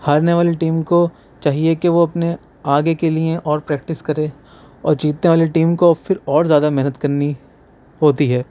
ہارنے والی ٹیم کو چاہیے کہ وہ اپنے آگے کے لئے اور پریکٹس کرے اور جیتنے والی ٹیم کو پھر اور زیادہ محنت کرنی ہوتی ہے